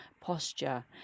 posture